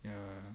ya